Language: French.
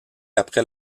après